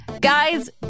guys